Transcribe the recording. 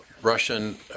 Russian